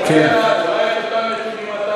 צועקים, אנחנו שואלים, אנחנו לא צועקים.